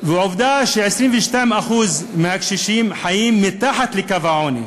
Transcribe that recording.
עובדה ש-22% מהקשישים חיים מתחת לקו העוני.